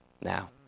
now